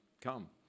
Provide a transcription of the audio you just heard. come